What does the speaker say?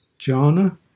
jhana